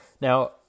Now